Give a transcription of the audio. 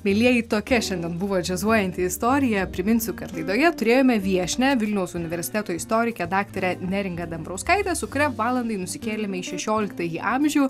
mielieji tokia šiandien buvo džiazuojanti istorija priminsiu kad laidoje turėjome viešnią vilniaus universiteto istorikę daktarę neringą dambrauskaitę su kuria valandai nusikėlėme į šešioliktąjį amžių